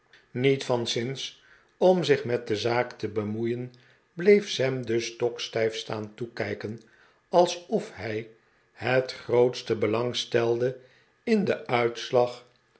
niet van zins om zich met de zaak te bemoeien bleef sam dus stokstijf staan toekijken alsof hij het grootste belang stelde in den uitslag